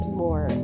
more